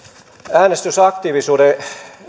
äänestysaktiivisuuden